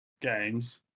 games